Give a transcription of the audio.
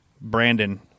Brandon